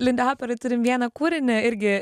lindihoperoj turim vieną kūrinį irgi